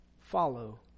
follow